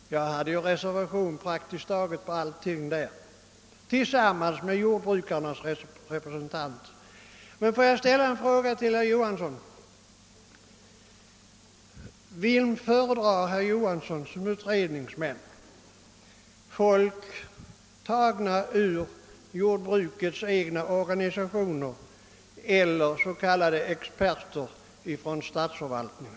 Jag avgav reservationer på praktiskt alla punkter tillsammans med jordbruksorganisationernas representant. Men får jag fråga, vilka utredningsmän som herr Johansson föredrar: folk från jordbrukets egna organisationer eller s.k. experter från statsförvaltningen?